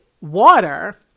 water